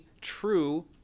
true